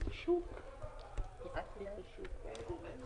תציגי את עצמך לפרוטוקול.